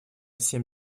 всем